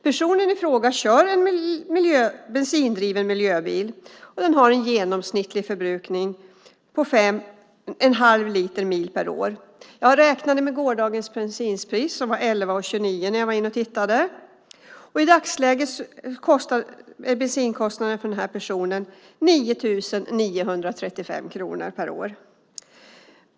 Personen i fråga kör en bensindriven miljöbil, och den har en genomsnittlig förbrukning på en halv liter per mil. Jag räknade med gårdagens bensinpris, som var 11:29 när jag var in och tittade. I dagsläget är bensinkostnaden för denna person 9 935 kronor per år.